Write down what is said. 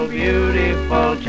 beautiful